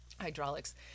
hydraulics